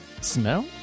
Smell